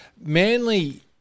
Manly